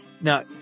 Now